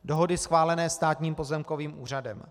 Dohody schválené Státním pozemkovým úřadem.